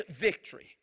victory